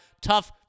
tough